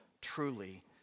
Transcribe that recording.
truly